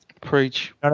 Preach